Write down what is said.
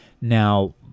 Now